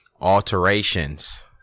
alterations